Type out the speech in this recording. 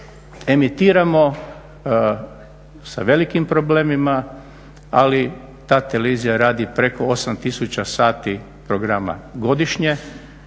emitiramo sa velikim problemima ali ta televizija radi preko 8000 sati programa godišnje.